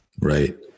Right